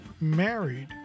married